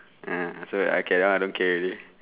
mm so okay lah I don't care already